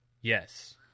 yes